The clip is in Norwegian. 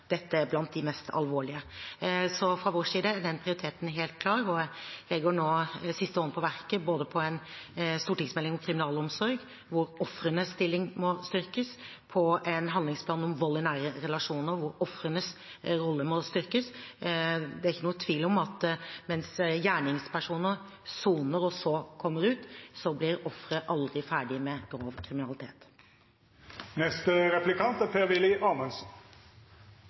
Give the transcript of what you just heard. Dette er blant de mest alvorlige. Så fra vår side er den prioriteten helt klar, og jeg legger nå siste hånd på verket både på en stortingsmelding om kriminalomsorg, der ofrenes stilling må styrkes, og på en handlingsplan om vold i nære relasjoner, der ofrenes rolle må styrkes. Det er ikke noen tvil om at mens gjerningspersonene soner og så kommer ut, så blir offeret aldri ferdig med grov kriminalitet.